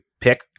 pick